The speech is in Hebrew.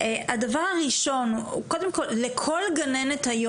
קודם כל בוא נגיד שרוב הגננות עושות עבודה מצוינת,